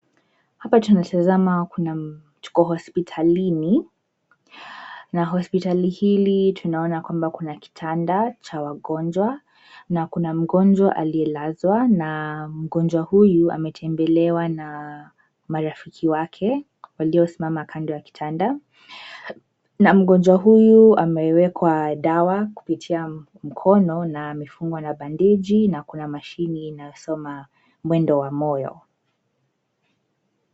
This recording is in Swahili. Hapa tuna tazama kuna tuko hospitalini na hospitali hili tunaona kwamba kuna kitanda cha wagonjwa na kuna mgonjwa aliyelazwa na mgonjwa huyu ametembelewa na marafiki wake waliosimama kando ya kitanda na mgonjwa huyu amewekwa dawa kupitia mkono na amefungwa na bandeji na kuna mashini inayosoma mwendo wa moyo.